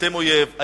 אתם אויב.